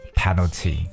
penalty